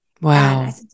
Wow